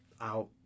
out